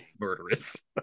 murderous